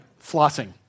flossing